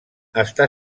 està